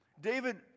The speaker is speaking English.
David